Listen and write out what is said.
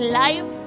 life